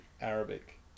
Arabic